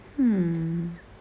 hmm